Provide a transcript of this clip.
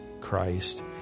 Christ